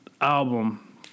album